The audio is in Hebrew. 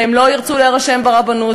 והם לא ירצו להירשם ברבנות,